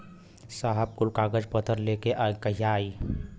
साहब कुल कागज पतर लेके कहिया आई?